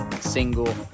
single